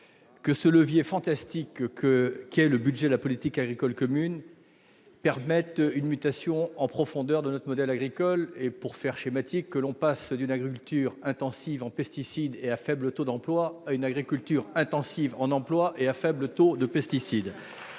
que ce levier fantastique qu'est le budget de la politique agricole commune permette une mutation en profondeur de notre modèle agricole et, pour le dire de manière schématique, de passer d'une agriculture intensive en pesticides et à faible taux d'emplois ... Caricature !... à une agriculture intensive en emplois et à faible taux de pesticides.